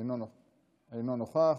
אינו נוכח,